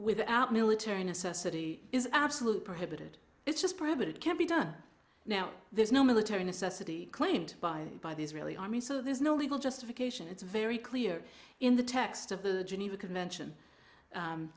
without military necessity is absolute perhaps it is just private it can't be done now there's no military necessity claimed by by the israeli army so there's no legal justification it's very clear in the text of the geneva convention